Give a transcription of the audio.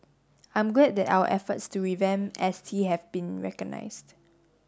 I'm glad that our efforts to revamp S T have been recognised